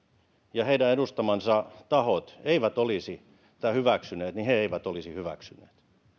ja heidän edustamansa tahot eivät olisi tätä hyväksyneet niin he eivät olisi hyväksyneet